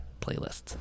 playlists